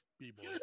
people